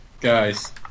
Guys